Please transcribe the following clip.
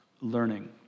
Learning